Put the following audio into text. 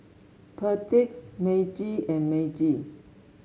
Perdix Meiji and Meiji